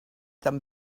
them